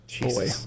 Boy